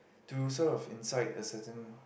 to sort of incite a certain